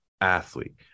athlete